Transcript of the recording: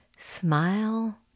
Smile